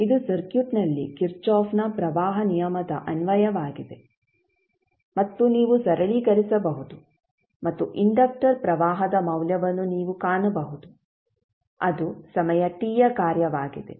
ಇದು ಸರ್ಕ್ಯೂಟ್ನಲ್ಲಿ ಕಿರ್ಚಾಫ್ನ ಪ್ರವಾಹ ನಿಯಮದ ಅನ್ವಯವಾಗಿದೆ ಮತ್ತು ನೀವು ಸರಳೀಕರಿಸಬಹುದು ಮತ್ತು ಇಂಡಕ್ಟರ್ ಪ್ರವಾಹದ ಮೌಲ್ಯವನ್ನು ನೀವು ಕಾಣಬಹುದು ಅದು ಸಮಯ t ಯ ಕಾರ್ಯವಾಗಿದೆ